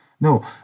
No